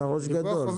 אתה ראש גדול.